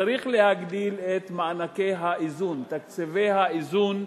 להגדיל את מענקי האיזון, תקציבי האיזון,